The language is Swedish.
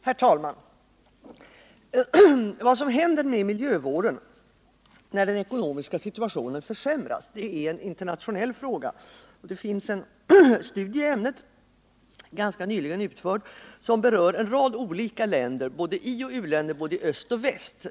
Herr talman! Vad som händer med miljövården när den ekonomiska situationen försämras är en internationell fråga. Det finns en studie i ämnet, ganska nyligen utförd, som berör en rad olika länder, både ioch u-länder i öst och väst.